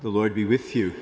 the lord be with you